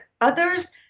Others